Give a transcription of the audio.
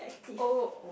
oh